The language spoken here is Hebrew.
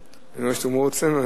אני רואה שאתה מרוצה מעצמך.